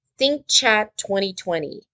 thinkchat2020